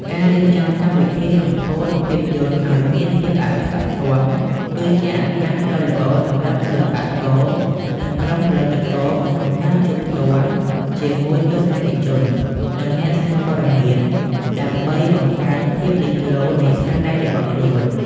ការរៀបចំកម្មវិធីសម្ពោធភាពយន្តឱ្យមានភាពអធិកអធម គឺជាឱកាសដ៏ល្អសម្រាប់សិល្បករ និងក្រុមផលិតករក្នុងការជួបផ្ទាល់ជាមួយទស្សនិកជន និងអ្នកសារព័ត៌មានដើម្បីបង្កើនភាពលេចធ្លោនៃស្នាដៃរបស់ខ្លួន។